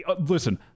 Listen